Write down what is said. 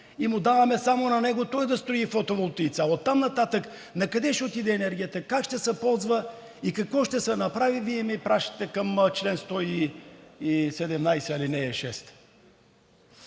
и му даваме само на него да строи фотоволтаици, а оттам нататък накъде ще отиде енергията, как ще се ползва и какво ще се направи? Вие ме пращате към чл. 117, ал. 6.